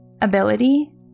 Ability